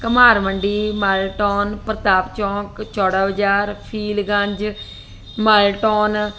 ਘੁਮਾਰ ਮੰਡੀ ਮਾਲਟੋਨ ਪ੍ਰਤਾਪ ਚੌਂਕ ਚੌੜਾ ਬਾਜ਼ਾਰ ਫੀਲਗੰਜ ਮਾਲਟੋਨ